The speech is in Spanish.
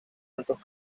altos